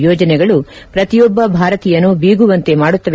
ಯೋಜನೆಗಳು ಪ್ರತಿಯೊಬ್ಬ ಭಾರತೀಯನು ಬೀಗುವಂತೆ ಮಾಡುತ್ತವೆ